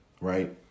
right